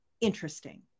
interesting